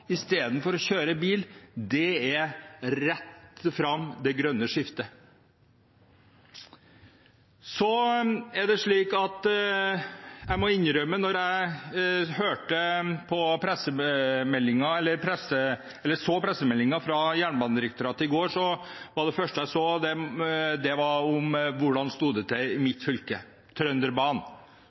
istedenfor å kjøre bil er rett fram det grønne skiftet. Det er slik at jeg må innrømme at da jeg så pressemeldingen fra Jernbanedirektoratet i går, var det første jeg så etter, hvordan det sto til i mitt fylke, med Trønderbanen.